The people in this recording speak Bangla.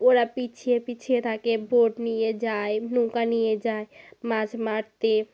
ওরা পিছিয়ে পিছিয়ে থাকে বোট নিয়ে যায় নৌকা নিয়ে যায় মাছ মারতে